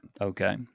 Okay